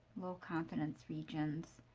low confidence regions.